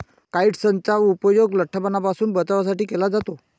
काइट्सनचा उपयोग लठ्ठपणापासून बचावासाठी केला जातो